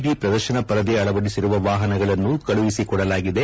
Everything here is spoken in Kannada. ಡಿ ಪ್ರದರ್ಶನ ಪರದೆ ಅಳವಡಿಸಿರುವ ವಾಹನಗಳನ್ನು ಕಳುಹಿಸಕೊಡಲಾಗಿದೆ